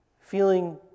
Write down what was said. feeling